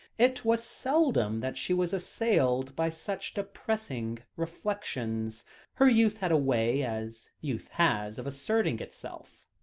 it was seldom that she was assailed by such depressing reflections her youth had a way, as youth has, of asserting itself,